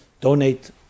Donate